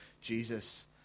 Jesus